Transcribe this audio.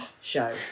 show